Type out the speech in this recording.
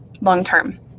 long-term